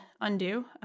undo